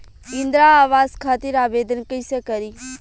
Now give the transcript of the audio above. इंद्रा आवास खातिर आवेदन कइसे करि?